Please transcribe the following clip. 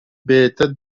бэйэтэ